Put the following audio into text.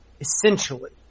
essentially